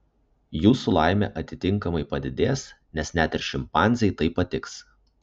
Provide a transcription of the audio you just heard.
jūsų laimė atitinkamai padidės nes net ir šimpanzei tai patiks